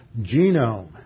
genome